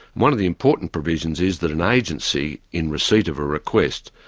one of the important provisions is that an agency, in receipt of a request,